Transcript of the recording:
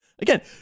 Again